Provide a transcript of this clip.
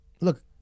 look